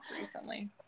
recently